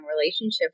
relationship